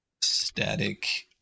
Static